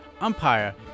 umpire